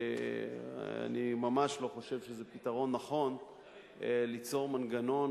אני ממש לא חושב שזה פתרון נכון ליצור מנגנון